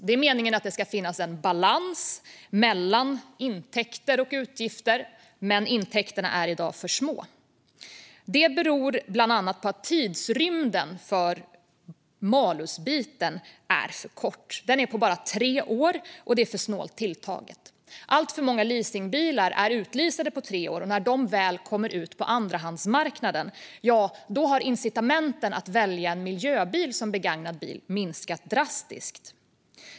Det är meningen att det ska finnas en balans mellan intäkter och utgifter, men i dag är intäkterna för små. Det beror bland annat på att tidsrymden för malusbiten är för kort. Den är bara tre år, och det är för snålt tilltaget. Alltför många leasingbilar är utleasade på tre år, och när de väl kommer ut på andrahandsmarknaden har incitamenten att välja en miljöbil som begagnad bil drastiskt minskat.